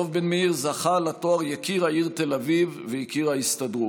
דב בן-מאיר זכה לתואר יקיר העיר תל אביב ויקיר ההסתדרות.